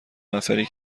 نفری